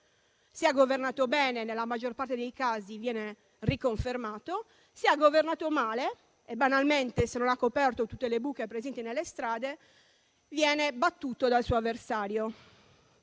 se ha governato bene, nella maggior parte dei casi viene riconfermato; ma, se ha governato male - banalmente, se non ha coperto tutte le buche presenti sulle strade - viene battuto dal suo avversario.